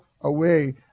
away